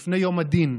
לפני יום הדין.